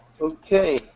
Okay